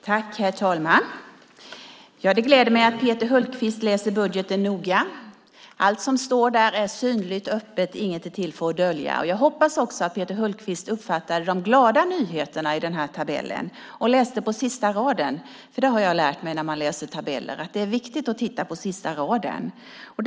Herr talman! Det gläder mig att Peter Hultqvist läser budgeten noga. Allt som står där är synligt och öppet. Inget är till för att döljas. Jag hoppas också att Peter Hultqvist läste sista raden i denna tabell och uppfattade de glada nyheterna. Jag har lärt mig att det är viktigt att titta på sista raden när man läser tabeller.